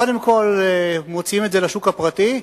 קודם כול מוציאים את זה לשוק הפרטי,